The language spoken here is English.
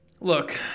look